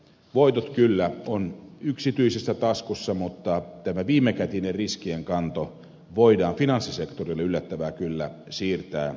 voitot kyllä on yksityisessä laskussa mutta tämä viimekätinen riskienkanto voidaan finanssisektorille yllättävää kyllä siirtää